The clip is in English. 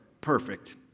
perfect